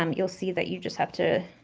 um you'll see that you just have to